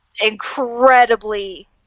incredibly